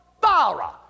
bara